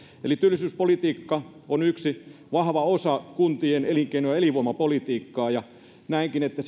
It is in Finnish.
eli työllisyyspolitiikka on yksi vahva osa kuntien elinkeino ja elinvoimapolitiikkaa ja näenkin että